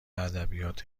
ادبیات